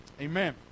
Amen